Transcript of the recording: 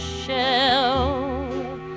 shell